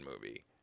movie